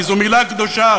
כי זו מילה קדושה,